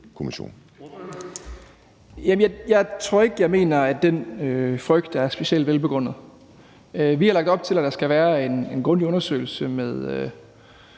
Madsen (S): Jeg tror ikke, jeg mener, at den frygt er specielt velbegrundet. Vi har lagt op til, at der skal være en grundig undersøgelse med